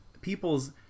people's